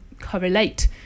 correlate